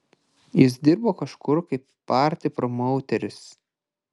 jis dirbo kažkur kaip party promauteris